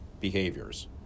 behaviors